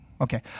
okay